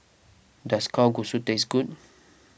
does Kalguksu taste good